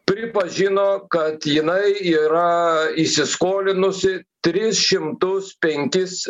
pripažino kad jinai yra įsiskolinusi tris šimtus penkis